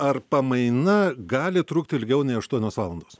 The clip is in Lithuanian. ar pamaina gali trukti ilgiau nei aštuonios valandos